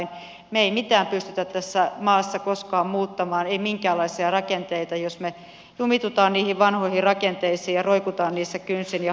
me emme mitään pysty tässä maassa koskaan muuttamaan minkäänlaisia rakenteita jos me jumitumme niihin vanhoihin rakenteisiin ja roikumme niissä kynsin ja hampain